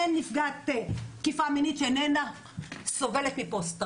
אין נפגעת תקיפה מינית שאיננה סובלת מפוסט טראומה.